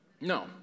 No